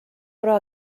però